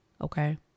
okay